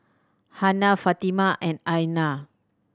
Hana Fatimah and Aina